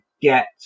get